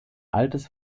altes